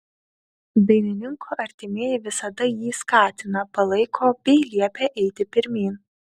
dainininko artimieji visada jį skatina palaiko bei liepia eiti pirmyn